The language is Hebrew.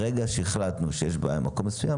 ברגע שהחלטנו שיש בעיה במקום מסוים,